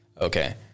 okay